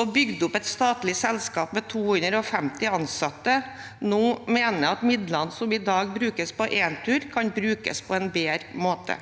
og bygd opp et statlig selskap med 250 ansatte – mener at midlene som i dag brukes på Entur, kan brukes på en bedre måte.